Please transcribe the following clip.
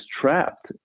trapped